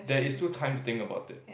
there is still time to think about it